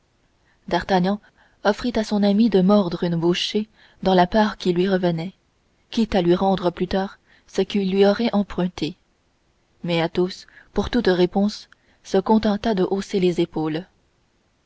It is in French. d'artagnan offrit à son ami de mordre une bouchée dans la part qui lui revenait quitte à lui rendre plus tard ce qu'il lui aurait emprunté mais athos pour toute réponse se contenta de hausser les épaules